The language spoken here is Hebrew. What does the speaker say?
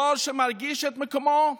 דור שמרגיש שמקומו בברלין,